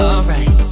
Alright